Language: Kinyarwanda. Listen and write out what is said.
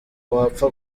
wapfa